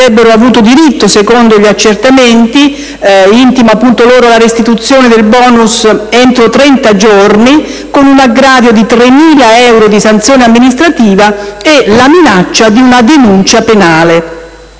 avuto diritto, secondo gli accertamenti, la restituzione del *bonus* entro 30 giorni con un aggravio di 3.000 euro di sanzione amministrativa e la minaccia di una denuncia penale.